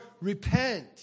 repent